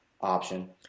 option